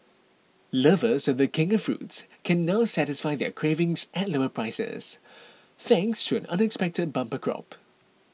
lovers of the king of fruits can now satisfy their cravings at lower prices thanks to an unexpected bumper crop